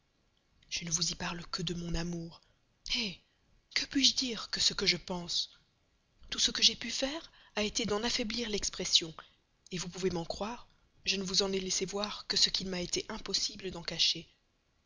je ne vous y parle que de mon amour eh que puis-je dire que ce que je pense tout ce que j'ai pu faire a été d'en affaiblir l'expression vous pouvez m'en croire je ne vous en ai laissé voir que ce qu'il m'a été impossible d'en cacher